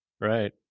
Right